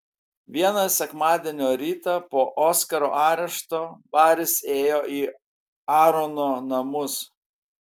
vieną sekmadienio rytą po oskaro arešto baris ėjo į aarono namus